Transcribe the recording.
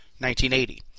1980